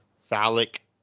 phallic